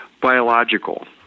biological